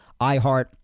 iHeart